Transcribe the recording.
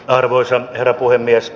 arvoisa herra puhemies